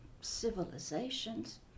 civilizations